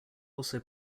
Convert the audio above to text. also